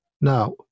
now